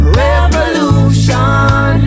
revolution